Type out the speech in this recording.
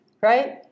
right